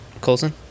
Colson